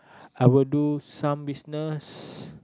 I will do some business